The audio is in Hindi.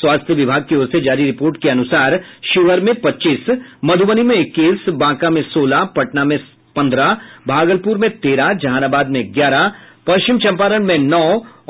स्वास्थ्य विभाग की ओर से जारी रिपोर्ट के अनुसार शिवहर में पच्चीस मध्रबनी में इक्कीस बांका में सोलह पटना में पंद्रह भागलपुर में तेरह जहानाबाद में ग्यारह पश्चिम चंपारण में नौ